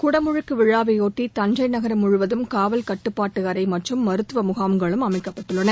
குடமுழுக்கு விழாவையொட்டி தஞ்சை நகரம் முழுவதும் காவல் கட்டுப்பாட்டு அறை மற்றும் மருத்துவ முகாம்களும் அமைக்கப்பட்டுள்ளன